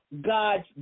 God's